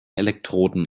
elektroden